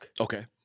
Okay